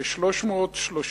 כ-330.